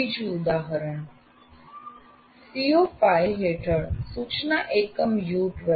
બીજું ઉદાહરણ CO5 હેઠળ સૂચના એકમ U12